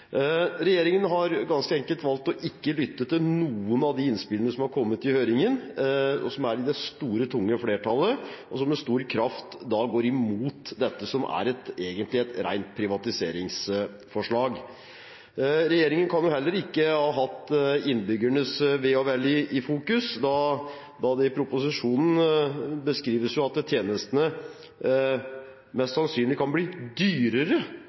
Regjeringen har ganske enkelt valgt ikke å lytte til noen av de innspillene som har kommet i høringene, som er det store, tunge flertallet, og som med stor kraft går imot dette, som egentlig er et rent privatiseringsforslag. Regjeringen kan heller ikke ha hatt innbyggernes ve og vel i fokus, da det i proposisjonen beskrives at det mest sannsynlig kan bli dyrere